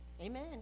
Amen